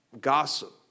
Gossip